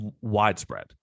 widespread